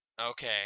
Okay